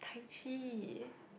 Tai Chi